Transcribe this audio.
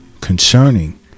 concerning